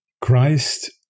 Christ